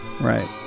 Right